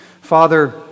Father